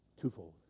Twofold